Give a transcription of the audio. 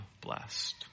blessed